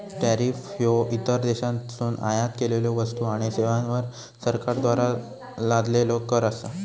tariff ह्यो इतर देशांतसून आयात केलेल्यो वस्तू आणि सेवांवर सरकारद्वारा लादलेलो कर असा